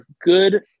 good